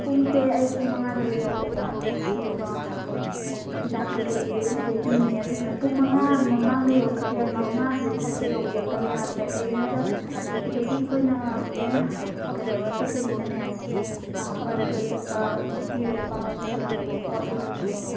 ꯄꯨꯡꯁꯦ ꯑꯌꯨꯛ ꯄꯨꯡ ꯃꯉꯥꯗꯒ ꯌꯧꯔꯛꯑꯣꯕ ꯑꯗꯨꯒ ꯍꯤꯗꯥꯛ ꯀꯩꯀꯩꯁꯤꯗꯤ ꯑꯗꯨꯝ ꯁꯤꯗꯩ ꯄꯤꯅꯤ ꯑꯗꯨꯗꯨꯅ ꯄꯨꯡ ꯃꯉꯥ ꯃꯃꯥꯡꯗ ꯌꯧꯔꯛꯑꯁꯨ ꯌꯥꯏ ꯃꯉꯥꯁꯤꯗꯩꯗ ꯁꯤꯗ ꯌꯧꯕꯤꯔꯛꯇꯕ ꯌꯥꯗ꯭ꯔꯦ ꯀꯩꯒꯤꯅꯣ ꯍꯥꯏꯗ ꯁꯤꯗꯒꯤ ꯑꯩꯈꯣꯏꯅ ꯂꯣꯏꯅ ꯑꯣꯀꯦ ꯇꯧꯔ ꯆꯠꯇꯣꯏꯅꯤꯅꯅꯦ ꯕꯁꯇ ꯆꯠꯄ ꯅꯨꯄꯤꯒ ꯅꯨꯄꯥꯒꯁꯨ ꯀꯩꯗꯧꯗꯦꯕꯀꯣ ꯑꯗꯨꯗꯨꯅꯅꯦꯕ